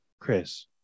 Chris